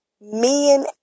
Men